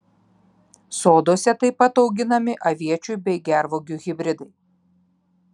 soduose taip pat auginami aviečių bei gervuogių hibridai